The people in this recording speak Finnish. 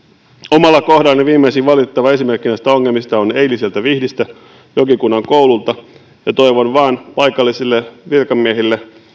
omalla kohdallani viimeisin valitettava esimerkki näistä ongelmista on eiliseltä vihdistä jokikunnan koululta ja toivon vain paikallisille virkamiehille